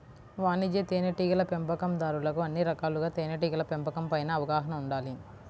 వాణిజ్య తేనెటీగల పెంపకందారులకు అన్ని రకాలుగా తేనెటీగల పెంపకం పైన అవగాహన ఉండాలి